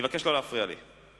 אני מבקש לא להפריע לי.